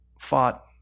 fought